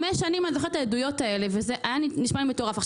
אני זוכרת את העדויות האלה עוד לפני חמש שנים וזה היה נשמע מטורף.